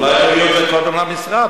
אולי תביאו את זה קודם למשרד,